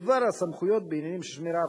בדבר הסמכויות בעניינים של שמירה,